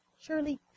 Surely